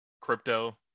crypto